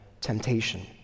temptation